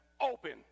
open